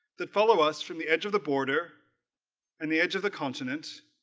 that follow us from the edge of the border and the edge of the continent